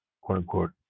quote-unquote